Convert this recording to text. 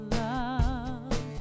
love